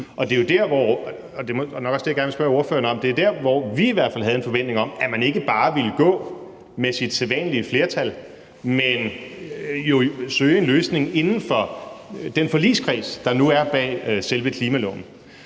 – hvor vi i hvert fald havde en forventning om, at man ikke bare ville gå med sit sædvanlige flertal, men søge en løsning inden for den forligskreds, der nu er bag selve klimaloven.